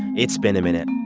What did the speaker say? it's been a minute.